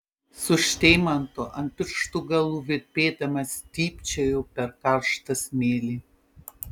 su šteimantu ant pirštų galų virpėdama stypčiojau per karštą smėlį